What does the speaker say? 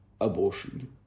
abortion